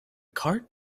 cart